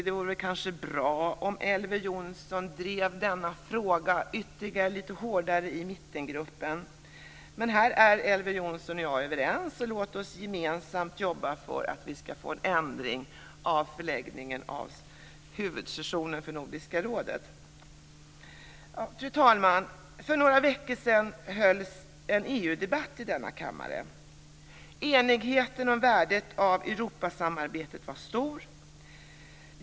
Det vore kanske bra om Elver Jonsson drev denna fråga ytterligare lite hårdare i mittengruppen. Men här är Elver Jonsson och jag överens. Så låt oss arbeta gemensamt för att vi ska få en ändring av förläggningen av huvudsessionen för Nordiska rådet. Fru talman! För några veckor sedan hölls en EU debatt i denna kammare. Enigheten om värdet av Europasamarbetet var stor.